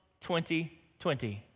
2020